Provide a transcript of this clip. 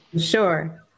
Sure